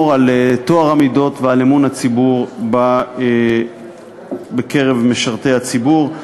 על טוהר המידות ועל אמון הציבור בקרב משרתי הציבור,